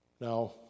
Now